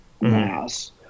mass